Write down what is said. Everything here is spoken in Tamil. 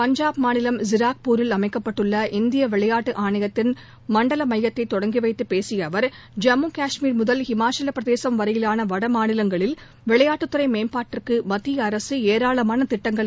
பஞ்சாப் மாநிலம் ஸிராக்பூரில் அமைக்கப்பட்டுள்ள இந்திய விளையாட்டு ஆணையத்தின் மண்டல மையத்தை தொடங்கிவைத்து பேசிய அவர் ஜம்மு காஷ்மீர் முதல் ஹிமாச்சலப் பிரதேசம் வரையிலான வடமாநிலங்களில் விளையாட்டுத்துறை மேம்பாட்டிற்கு மத்திய அரசு ஏராளமான திட்டங்களை செயல்படுத்தி வருவதாக கூறினார்